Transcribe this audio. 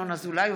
ינון אזולאי,